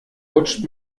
rutscht